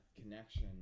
connection